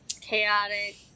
chaotic